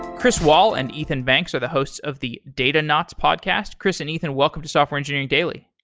chris wahl and ethan banks are the hosts of the datanauts podcast. chris and ethan, welcome to software engineering daily.